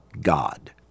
God